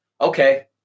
Okay